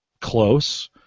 close